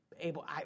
able